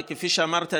וכפי שאמרת,